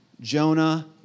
Jonah